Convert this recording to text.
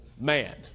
man